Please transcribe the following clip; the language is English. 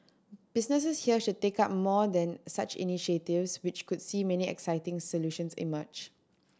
businesses here should take up more than such initiatives which could see many exciting solutions emerge